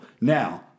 Now